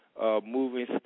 moving